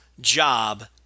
job